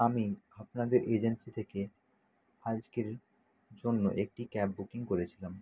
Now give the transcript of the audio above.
আমি আপনাদের এজেন্সি থেকে আজকের জন্য একটি ক্যাব বুকিং করেছিলাম